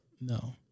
No